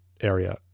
area